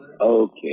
okay